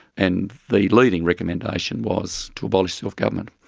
and the leading recommendation was to abolish self-government.